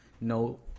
No